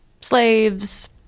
slaves